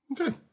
Okay